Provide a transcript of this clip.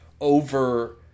over